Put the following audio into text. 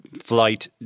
flight